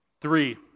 Three